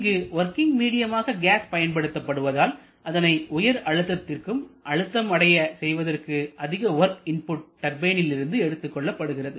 இங்கு வொர்கிங் மீடியமாக கேஸ் பயன்படுத்துவதால் அதனை உயர் அழுத்தத்திற்கு அழுத்தம் அடைய செய்வதற்கு அதிக வொர்க் இன்புட் டர்பைனில் இருந்து எடுத்துக்கொள்ளப்படுகிறது